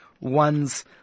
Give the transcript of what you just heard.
one's